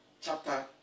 Chapter